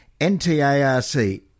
NTARC